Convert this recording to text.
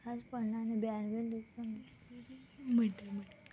आज पडना आनी ब्यावेन म्हणटा म्हण